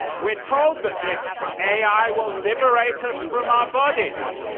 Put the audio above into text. we're told that this ai will liberate us from our bodies.